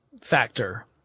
factor